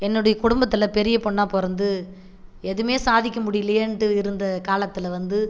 என்னுடைய குடும்பத்தில் பெரிய பொண்ணாக பிறந்து எதுவுமே சாதிக்க முடியிலயேன்ட்டு இருந்த காலத்தில் வந்து